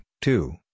two